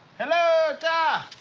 hello ty!